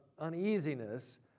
uneasiness